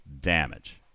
damage